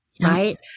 right